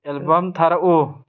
album ꯊꯥꯔꯛꯎ